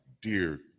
dear